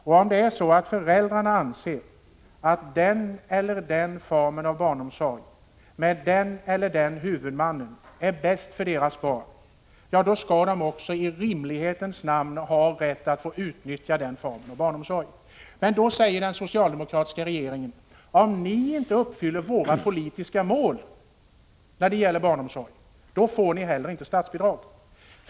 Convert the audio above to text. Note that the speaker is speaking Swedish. Och om föräldrarna anser att den ena eller andra formen av barnomsorg med den ena eller andra huvudmannen är bäst för deras barn, då skall de också i rimlighetens namn ha rätt att utnyttja den formen av barnomsorg. Men då säger den socialdemokratiska regeringen: Om ni inte uppfyller våra politiska mål när det gäller barnomsorg, då får ni inte heller statsbidrag.